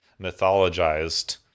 mythologized